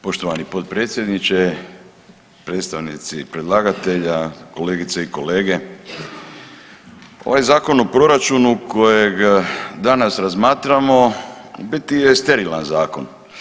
Poštovani potpredsjedniče, predstavnici predlagatelja, kolegice i kolege, ovaj Zakon o proračunu kojega danas razmatramo u biti je sterilan zakon.